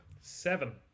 Seven